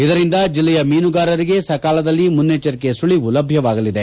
ಇದರಿಂದ ಜಿಲ್ಲೆಯ ಮೀನುಗಾರರಿಗೆ ಸಕಾಲದಲ್ಲಿ ಮುನ್ನೆಚ್ಚರಿಕೆ ಸುಳವು ಲಭ್ಯವಾಗಲಿದೆ